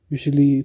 Usually